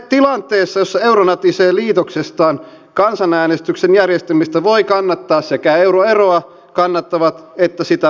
tilanteessa jossa euro natisee liitoksistaan kansanäänestyksen järjestämistä voivat kannattaa sekä euroeroa kannattavat että sitä vastustavat henkilöt